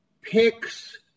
picks